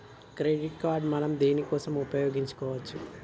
Credit card మనం దేనికోసం ఉపయోగించుకోవచ్చు?